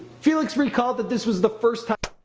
felix recalled that this was the first ti.